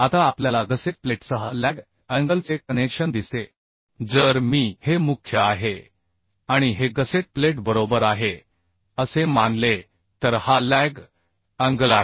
आता आपल्याला गसेट प्लेटसह लॅग अँगलचे कनेक्शन दिसते जर मी हे मुख्य आहे आणि हे गसेट प्लेट बरोबर आहे असे मानले तर हा लॅग अँगल आहे